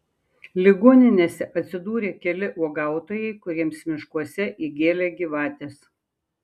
ligoninėse atsidūrė keli uogautojai kuriems miškuose įgėlė gyvatės